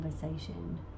conversation